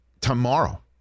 tomorrow